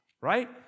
Right